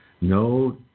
No